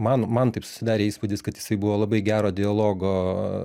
man man taip susidarė įspūdis kad jisai buvo labai gero dialogo